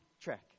track